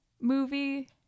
movie